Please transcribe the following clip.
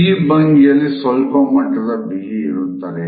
ಈ ಭಂಗಿಯಲ್ಲಿ ಸ್ವಲ್ಪ ಮಟ್ಟದ ಬಿಗಿ ಇರುತ್ತದೆ